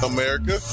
America